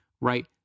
right